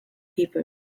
people